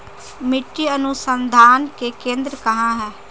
मिट्टी अनुसंधान केंद्र कहाँ है?